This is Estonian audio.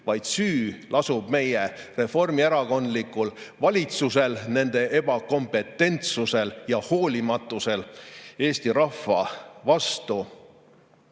vaid süü lasub meie reformierakondlikul valitsusel, nende ebakompetentsusel ja hoolimatusel Eesti rahva vastu.